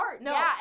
No